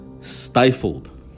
stifled